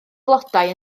flodau